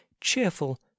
cheerful